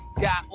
Got